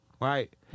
Right